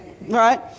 right